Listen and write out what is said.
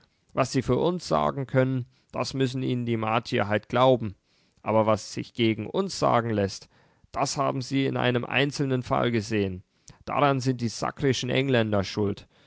was sie für uns sagen können das müssen ihnen die martier halt glauben aber was sich gegen uns sagen läßt das haben sie in einem einzelnen fall gesehen daran sind die sakrischen engländer schuld